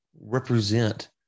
represent